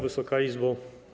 Wysoka Izbo!